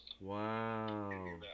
wow